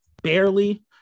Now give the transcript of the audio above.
Barely